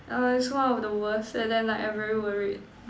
ah it's one of the worst and then like I very worried